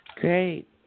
Great